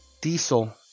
diesel